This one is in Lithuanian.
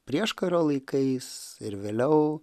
prieškario laikais ir vėliau